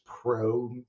pro